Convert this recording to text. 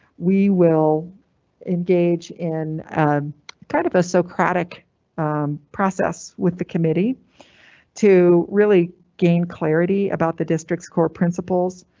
we will engage in kind of a socratic process with the committee to really gain clarity about the district's core principles.